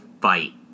fight